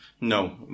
no